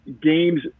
games